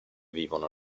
vivono